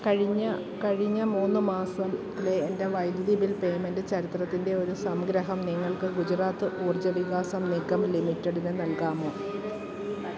കഴിഞ്ഞ കഴിഞ്ഞ മൂന്ന് മാസത്തിലെ എൻ്റെ വൈദ്യുതി ബിൽ പേയ്മെൻ്റ് ചരിത്രത്തിൻ്റെ ഒരു സംഗ്രഹം നിങ്ങൾക്ക് ഗുജറാത്ത് ഊർജ വികാസ് നിഗം ലിമിറ്റഡിന് നൽകാമോ